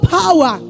power